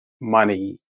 money